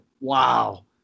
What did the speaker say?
wow